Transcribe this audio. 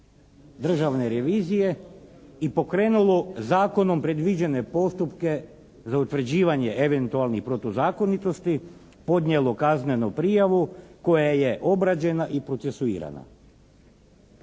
državne revizije i pokrenulo zakonom predviđene postupke za utvrđivanje eventualnih protuzakonitosti, podnijelo kaznenu prijavu koja je obrađena i procesuirana?